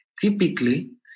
Typically